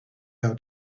how